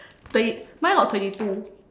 twenty mine got twenty two